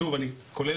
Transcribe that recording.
כולל